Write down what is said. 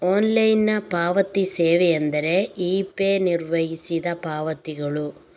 online ಪಾವತಿ ಸೇವೆಯೆಂದರೆ eBay ನಿರ್ವಹಿಸಿದ ಪಾವತಿಗಳು